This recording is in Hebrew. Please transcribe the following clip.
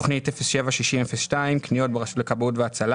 תוכנית 07-60-02 קניות ברשות לכבאות והצלה